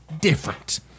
different